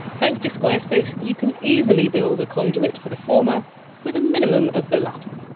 thanks to squarespace, you can easily build a conduit for the former with a minimum of the latter.